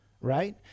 right